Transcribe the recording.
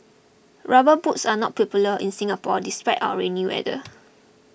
rubber boots are not popular in Singapore despite our rainy weather